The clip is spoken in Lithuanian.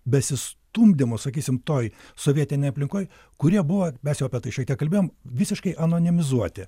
besistumdymus sakysim toj sovietinėj aplinkoj kur jie buvo mes jau apie tai šiek tiek kalbėjom visiškai anonimizuoti